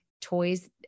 toys